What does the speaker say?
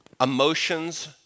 Emotions